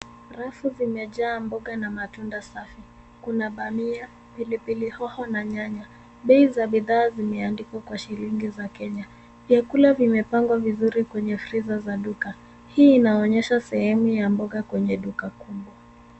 Rafu zimejaa mboga na matunda safi. Kuna dhania, pilipili hoho na nyanya. Bei za bidhaa zimeandikwa kwa shilingi za Kenya. Vyakula vimepangwa vizuri kwenye freezer za duka. Hii inaonyesha sehemu ya mboga kwenye duka kubwa.